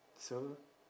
so